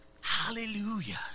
Hallelujah